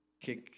kick